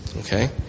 Okay